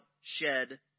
shed